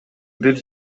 бир